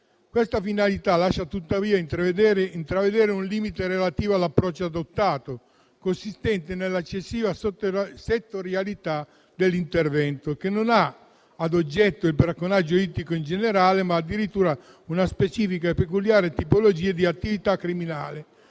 Questa finalità lascia tuttavia intravedere un limite relativo all'approccio adottato, consistente nell'eccessiva settorialità dell'intervento, che non ha ad oggetto il bracconaggio ittico in generale, ma addirittura una specifica e peculiare tipologia di attività criminale,